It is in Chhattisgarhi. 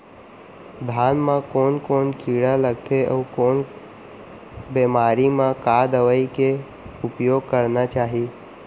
धान म कोन कोन कीड़ा लगथे अऊ कोन बेमारी म का दवई के उपयोग करना चाही?